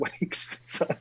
weeks